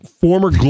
former